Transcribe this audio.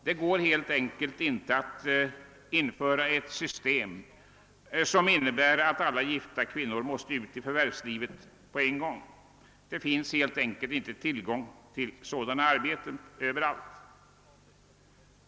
Det går helt enkelt inte att införa ett system som innebär, att alla gifta kvinnor måste ut i förvärvslivet på en gång. Det finns helt enkelt inte tillgång till sådana arbeten överallt.